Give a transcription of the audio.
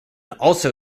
also